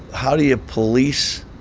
how do you police